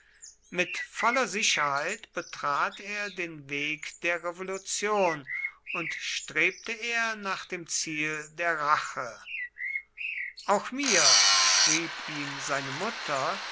mit voller sicherheit betrat er den weg der revolution und strebte er nach dem ziel der rache auch mir schrieb ihm seine mutter